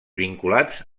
vinculats